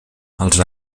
als